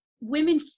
women